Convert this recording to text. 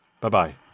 Bye-bye